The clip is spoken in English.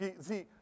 see